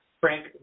Frank